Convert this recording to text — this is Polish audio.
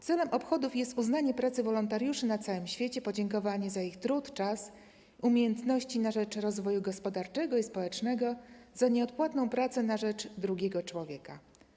Celem obchodów jest uznanie pracy wolontariuszy na całym świecie, podziękowanie za ich trud, czas, umiejętności na rzecz rozwoju gospodarczego i społecznego, za nieodpłatną pracę na rzecz drugiego człowieka.